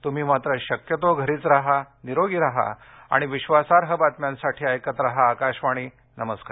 तुम्ही मात्र शक्यतो घरीच राहा निरोगी राहा आणि विश्वासार्ह बातम्यांसाठी ऐकत राहा आकाशवाणी नमस्कार